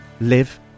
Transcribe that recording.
live